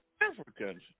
Africans